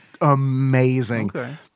amazing